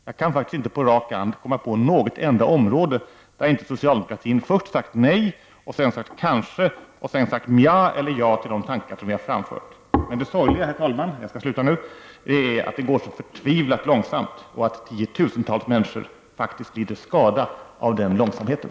Jag kan faktiskt inte på rak arm komma på något enda område där inte socialdemokratin först sagt nej och sedan kanske och därefter ja till de tankar som framförts från folkpartiets sida. Men det sorgliga är att det går så förtvivlat långsamt och att tiotusentals människor faktiskt lider skada av den långsamheten.